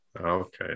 Okay